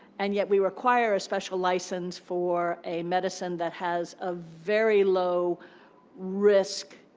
and yet we require a special license for a medicine that has a very low risk